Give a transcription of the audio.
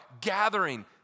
gathering